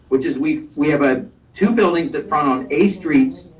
which is we we have ah two buildings that front on a streets,